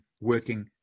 working